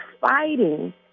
fighting